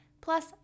plus